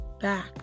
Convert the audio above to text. back